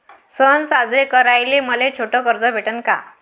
सन साजरे कराले मले छोट कर्ज भेटन का?